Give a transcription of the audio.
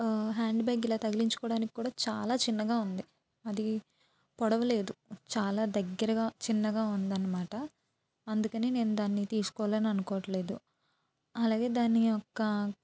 handbag ఇలా తగిలించుకోవడానికి కూడా చాలా చిన్నగా ఉంది అది పొడవు లేదు చాలా దగ్గరగా చిన్నగా ఉందనమాట అందుకని నేను దాన్ని తీసుకోవాలని అనుకోవటం లేదు అలాగే దాని యొక్క